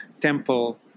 Temple